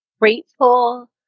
grateful